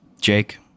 Jake